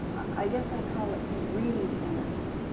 i guess i call it read energy,